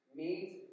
meet